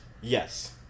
yes